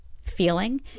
Feeling